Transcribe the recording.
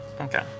Okay